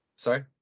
Sorry